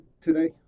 today